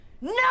No